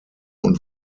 und